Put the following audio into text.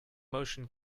motion